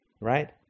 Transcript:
Right